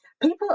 people